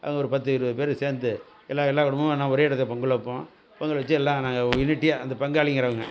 அவங்க ஒரு பத்து இருபது பேர் சேர்ந்து எல்லா எல்லா குடும்பமும் ஒன்றா ஒரே இடத்துல பொங்கல் வைப்போம் பொங்கல் வச்சு எல்லாம் நாங்கள் யுனிட்டியாக அந்த பங்காளிங்கிறவங்க